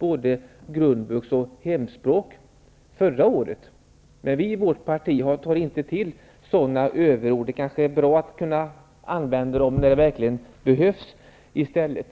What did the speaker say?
om grundvux och hemspråksundervisning. Men vi i vårt parti tar inte till sådana överord. Det kanske är bra att kunna använda dem när det verkligen behövs i stället.